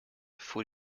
fuhr